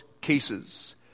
cases